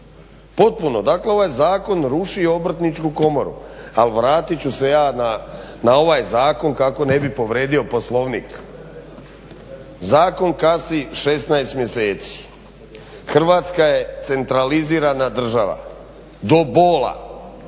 potpuno. Dakle, ovaj zakon ruši i Obrtničku komoru ali vratit ću se ja na ovaj zakon kako ne bih povredio Poslovnik. Zakon kasni 16 mjeseci. Hrvatska je centralizirana država do bola,